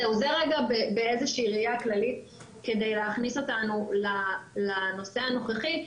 זה באיזו שהיא ראייה כללית כדי להכניס אותנו לנושא הנוכחי,